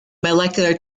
molecular